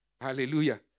Hallelujah